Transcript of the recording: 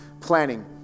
planning